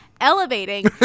elevating